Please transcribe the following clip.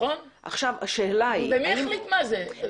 נכון, ומי יחליט מה זה?